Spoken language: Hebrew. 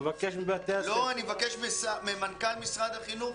לא, אני מבקש ממנכ"ל משרד החינוך,